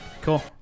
Cool